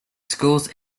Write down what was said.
schools